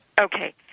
Okay